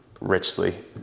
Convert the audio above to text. richly